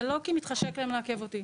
זה לא כי מתחשק להם לעכב אותי.